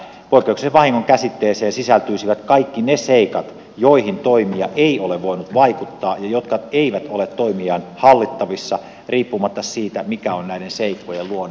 poikkeuksellisen vahingon käsitteeseen sisältyisivät kaikki seikat joihin toimija ei ole voinut vaikuttaa ja jotka eivät ole toimijan hallittavissa riippumatta siitä mikä on näiden seikkojen luonne